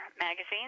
magazines